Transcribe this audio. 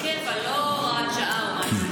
אבל עשיתם ביטול קבע, לא הוראת שעה או משהו.